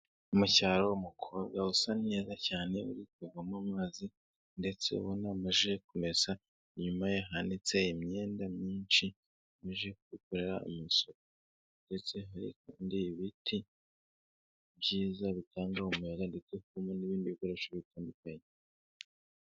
Mu cyaro umukobwa usa neza cyane uri kuvamo amazi ndetse ubona amaze kumesa, inyuma ye hanitse imyenda myinshi amaze kubikorera amasuku, ndetse hari n'ibindi ibiti byiza bitanga umuyaga, ndetse harimo n'ibindi bikoresho bitandukanye.